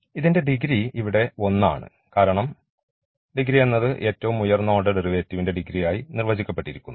ഇതിൻറെ ഡിഗ്രി ഇവിടെ 1 ആണ് കാരണം ഡിഗ്രി എന്നത് ഏറ്റവും ഉയർന്ന ഓർഡർ ഡെറിവേറ്റീവ്ന്റെ ഡിഗ്രിയായി നിർവചിക്കപ്പെട്ടിരിക്കുന്നു